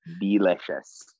delicious